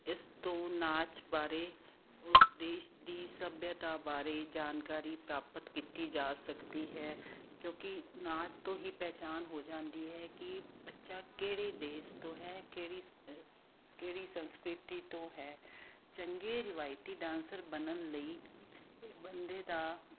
ਇਸ ਤੋਂ ਨਾਚ ਬਾਰੇ ਉਸ ਦੇਸ਼ ਦੀ ਸੱਭਿਅਤਾ ਬਾਰੇ ਜਾਣਕਾਰੀ ਪ੍ਰਾਪਤ ਕੀਤੀ ਜਾ ਸਕਦੀ ਹੈ ਕਿਉਂਕਿ ਨਾਚ ਤੋਂ ਹੀ ਪਹਿਚਾਣ ਹੋ ਜਾਂਦੀ ਹੈ ਕਿ ਬੱਚਾ ਕਿਹੜੇ ਦੇਸ਼ ਤੋਂ ਹੈ ਕਿਹੜੀ ਕਿਹੜੀ ਸੰਸਕ੍ਰਿਤੀ ਤੋਂ ਹੈ ਚੰਗੇ ਰਿਵਾਇਤੀ ਡਾਂਸਰ ਬਣਨ ਲਈ ਬੰਦੇ ਦਾ